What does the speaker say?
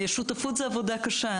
שותפות זו עבודה קשה,